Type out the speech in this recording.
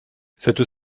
cette